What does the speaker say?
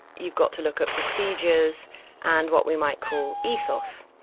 you've got to look at procedures and what we might call ethos,